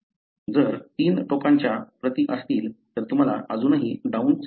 जर तीन टोकांच्या प्रती असतील तर तुम्हाला अजूनही डाऊन सिंड्रोम आहे